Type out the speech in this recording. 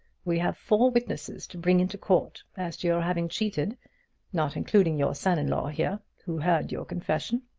we have four witnesses to bring into court as to your having cheated not including your son-in-law here, who heard your confession.